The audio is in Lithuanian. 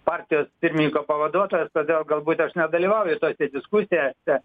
partijos pirmininko pavaduotojas todėl galbūt aš nedalyvauju tose diskusijose